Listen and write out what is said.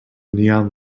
neon